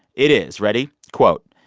it is ready? quote,